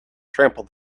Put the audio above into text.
trample